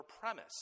premise